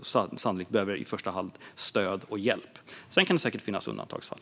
Sannolikt behöver hon i första hand hjälp och stöd. Sedan kan det säkert finnas undantagsfall.